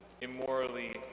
immorally